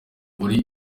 uri